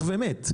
מתהפך ומת.